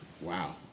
Wow